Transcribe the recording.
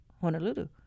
Honolulu